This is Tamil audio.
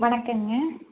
வணக்கங்க